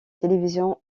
télévision